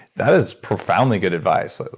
that is profoundly good advice. so